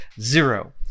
zero